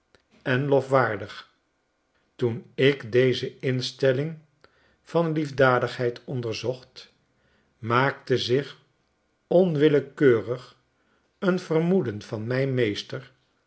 en lofwaardig toen ik deze instelling van liefdadigheid onderzocht maakte zich onwillekeurig een vermoeden van mij meester